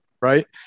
Right